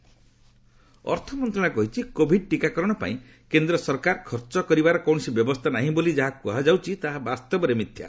finance ଭାକ୍ନିନ୍ ଅର୍ଥ ମନ୍ତ୍ରଣାଳୟ କହିଛି କୋଭିଡ୍ ଟିକାକରଣ ପାଇଁ କେନ୍ଦ୍ର ସରକାର ଖର୍ଚ୍ଚ କରିବାର କୌଣସି ବ୍ୟବସ୍ଥା ନାହିଁ ବୋଲି ଯାହା କୃହାଯାଉଛି ତାହା ବାସ୍ତବରେ ମିଥ୍ୟା